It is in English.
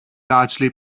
largely